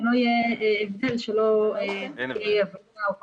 שלא יהיה הבדל, שלא תהיה אי הבנה או פרשנות.